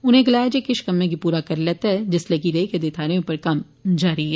उनें गलाया जे किष कम्में गी पूरा करी लैता गेआ ऐ जिसलै कि रेई गेदे थाहरें पर कम्म जारी ऐ